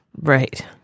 Right